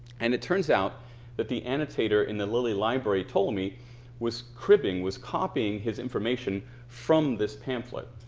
and it turns out that the annotator in the lilly library told me was cribbing, was copying his information from this pamphlet.